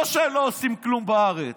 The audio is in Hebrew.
לא שהם לא עושים כלום בארץ.